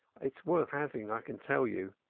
it's worth having, i can tell you,